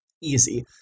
easy